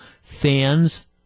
fans